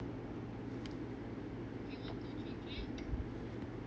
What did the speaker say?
age